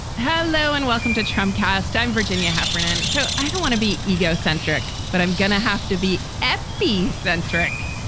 hello and welcome to tramcars time, virginia heffernan. so i don't want to be ego centric, but i'm going to have to be f b. centric.